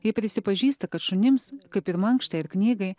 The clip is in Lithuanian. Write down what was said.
ji prisipažįsta kad šunims kaip ir mankštai ar knygai